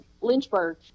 Lynchburg